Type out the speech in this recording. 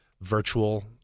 virtual